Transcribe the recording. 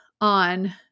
on